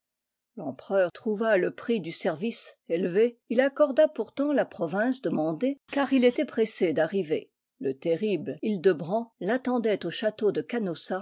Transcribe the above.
l'empereur trouva le prix du service élevé il accorda pourtant la province demandée car il était pressé d'arriver le terrible hildebrand l'attendait au château de canossa